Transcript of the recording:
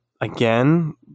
Again